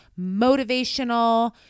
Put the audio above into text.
motivational